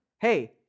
hey